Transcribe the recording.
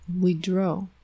Withdraw